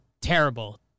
terrible